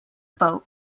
boat